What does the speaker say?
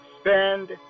Spend